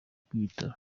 bw’ibitaro